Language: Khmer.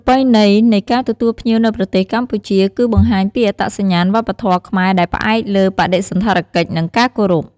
ប្រពៃណីនៃការទទួលភ្ញៀវនៅប្រទេសកម្ពុជា គឺ បង្ហាញពីអត្តសញ្ញាណវប្បធម៌ខ្មែរដែលផ្អែកលើ បដិសណ្ឋារកិច្ច និងការគោរព។